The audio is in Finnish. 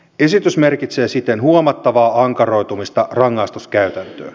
esitys merkitsee siten huomattavaa ankaroitumista rangaistuskäytäntöön